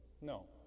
No